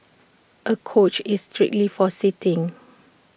A couch is strictly for sitting